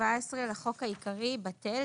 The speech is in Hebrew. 17 לחוק העיקרי בטל.